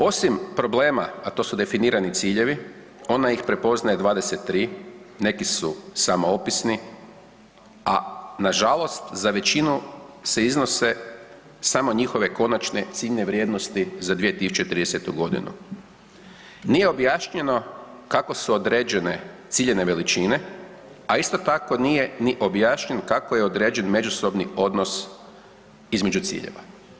Osim problema, a to su definirani ciljevi ona ih prepoznaje 23, neki su samo opisni, a nažalost za većinu se iznose samo njihove konačne ciljne vrijednosti za 2030.g. Nije objašnjeno kako su određene ciljane veličine, a isto tako nije ni objašnjen kako je određen međusobni odnos između ciljeva.